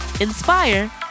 Inspire